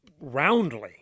roundly